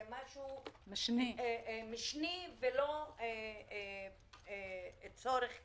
כאילו זה משהו משני ולא צורך קיים.